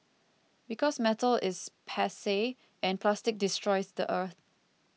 because metal is passe and plastic destroys the earth